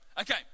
Okay